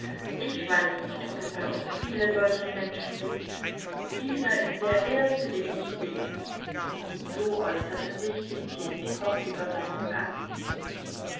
ich weiß nicht ob es bei uns viele solche menschen gibt dieser ist der erste den ich sehe so äußerte sich tjentjetnikow über seinen gast